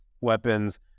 weapons